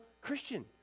Christian